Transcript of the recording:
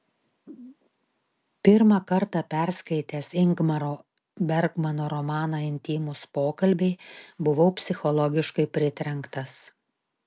pirmą kartą perskaitęs ingmaro bergmano romaną intymūs pokalbiai buvau psichologiškai pritrenktas